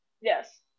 yes